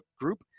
group